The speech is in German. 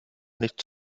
nichts